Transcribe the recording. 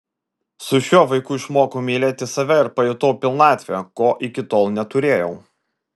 su šiuo vaiku išmokau mylėti save ir pajutau pilnatvę ko iki tol neturėjau